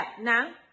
now